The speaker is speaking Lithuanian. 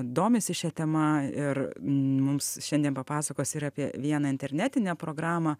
domisi šia tema ir mums šiandien papasakos ir apie vieną internetinę programą